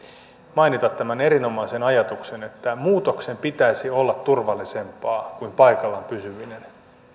mainita tämän erinomaisen ajatuksen että muutoksen pitäisi olla turvallisempaa kuin paikallaan pysyminen